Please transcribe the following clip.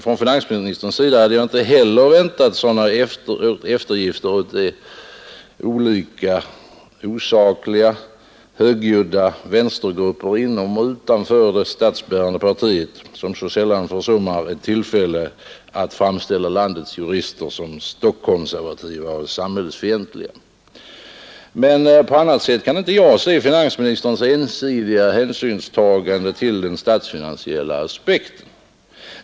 Från finansmininstern hade jag inte heller väntat sådana eftergifter åt de lika osakliga som högljudda vänstergrupper inom och utanför det statsbärande partiet, vilka sällan försummar ett tillfälle att framställa landets jurister som stock-konservativa och samhällsfientliga. Men på annat sätt kan inte jag se finansministerns ensidiga hänsynstagande till den statsfinansiella aspekten.